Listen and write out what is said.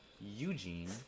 Eugene